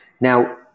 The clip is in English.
Now